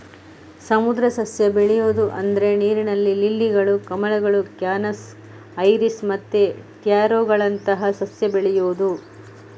ಸಮುದ್ರ ಸಸ್ಯ ಬೆಳೆಯುದು ಅಂದ್ರೆ ನೀರಿನ ಲಿಲ್ಲಿಗಳು, ಕಮಲಗಳು, ಕ್ಯಾನಸ್, ಐರಿಸ್ ಮತ್ತೆ ಟ್ಯಾರೋಗಳಂತಹ ಸಸ್ಯ ಬೆಳೆಯುದು